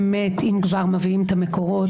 שאם כבר מביאים את המקורות,